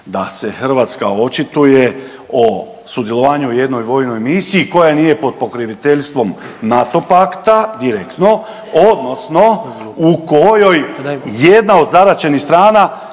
da se Hrvatska očituje o sudjelovanju u jednoj vojnoj misiji koja nije pod pokroviteljstvom NATO pakta direktno odnosno u kojoj jedna od zaraćenih strana